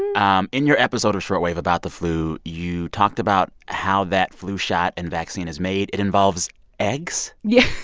and um in your episode of short wave about the flu, you talked about how that flu shot and vaccine is made. it involves eggs yes.